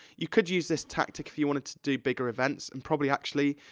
you could use this tactic if you wanted to do bigger events, and probably, actually,